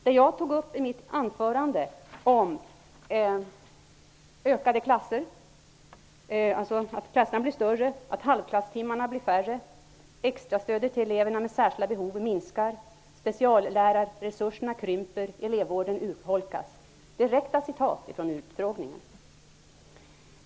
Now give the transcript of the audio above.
Det jag tog upp i mitt anförande om att klasserna blir större, att halvklasstimmarna blir färre, att extrastödet till elever med särskilda behov minskar, att speciallärarresurserna krymper och att elevvården urholkas är direkta citat från utfrågningen.